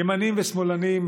ימנים ושמאלנים,